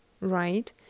right